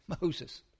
Moses